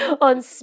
on